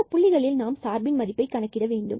இந்த புள்ளிகளில் நாம் சார்பின் மதிப்பை கணக்கிட வேண்டும்